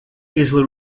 easily